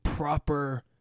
proper